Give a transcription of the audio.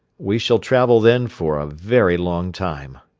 we shall travel then for a very long time,